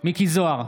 מכלוף מיקי זוהר,